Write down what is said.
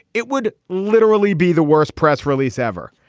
it would literally be the worst press release ever.